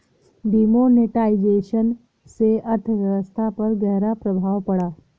demonetisation से अर्थव्यवस्था पर ग़हरा प्रभाव पड़ा